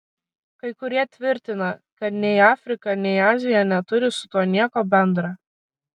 kai kurie tvirtina kad nei afrika nei azija neturi su tuo nieko bendra